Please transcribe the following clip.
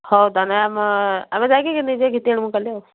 ହଉ ତାହେଲେ ଆମେ ଆମେ ଯାଇକି ନିଜେ ଘିତି ଆଣିବୁ କାଲି ଆଉ